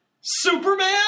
Superman